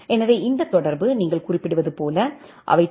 எனவே இந்த தொடர்பு நீங்கள் குறிப்பிடுவது போல அவை டீ